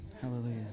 Hallelujah